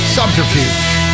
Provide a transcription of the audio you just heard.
Subterfuge